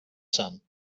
sun